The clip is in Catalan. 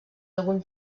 algun